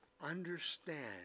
understand